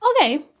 Okay